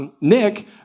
Nick